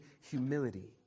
Humility